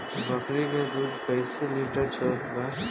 बकरी के दूध कइसे लिटर चलत बा?